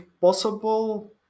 possible